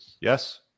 Yes